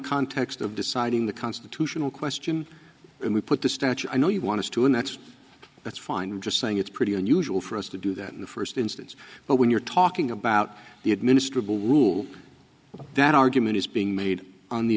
context of deciding the constitutional question we put the statute i know you want to do and that's that's fine i'm just saying it's pretty unusual for us to do that in the first instance but when you're talking about the administer bill rule that argument is being made on the